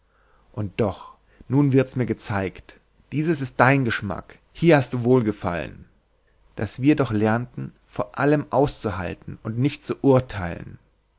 und doch nun wird mirs gezeigt dieses ist dein geschmack hier hast du wohlgefallen daß wir doch lernten vor allem aushalten und nicht urteilen